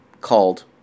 called